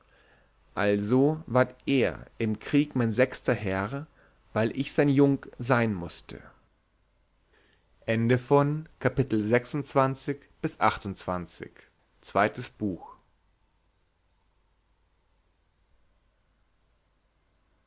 also ward er im krieg mein sechster herr weil ich sein jung sein mußte